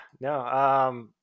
no